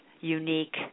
unique